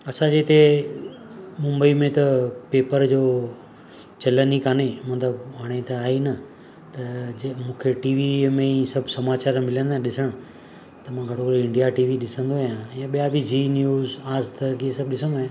असांजे हिते मुंबई में त पेपर जो चलनि ई काने मतिलबु हाणे त आहे ई न त जंहिं मूंखे टीवीअ में ई सभु समाचार मिलंदा आहिनि ॾिसण त मां घणो करे इंडिया टी वी ॾिसंदो आहियां ऐं ॿिया बि ज़ी न्यूज़ आज़तक इहे सभु ॾिसंदो आहियां